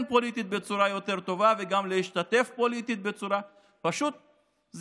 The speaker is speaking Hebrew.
פוליטית בצורה טובה ולהשתתף פוליטית בצורה טובה יותר.